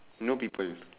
no people